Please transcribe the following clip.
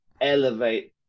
elevate